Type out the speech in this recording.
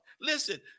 Listen